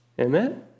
Amen